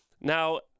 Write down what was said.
now